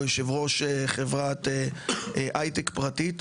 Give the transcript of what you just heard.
או יושב ראש חברת היי-טק פרטית,